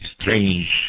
strange